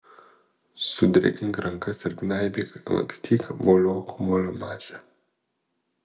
sudrėkink rankas ir gnaibyk lankstyk voliok molio masę